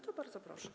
To bardzo proszę.